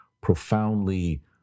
profoundly